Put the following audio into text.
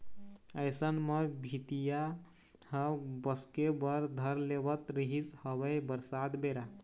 अइसन म भीतिया ह भसके बर धर लेवत रिहिस हवय बरसात बेरा